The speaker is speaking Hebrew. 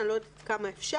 אני לא יודעת כמה אפשר.